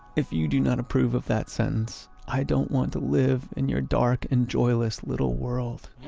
if you do not approve of that sentence, i don't want to live in your dark and joyless little world